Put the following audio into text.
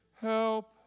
Help